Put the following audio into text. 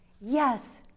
Yes